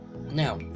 Now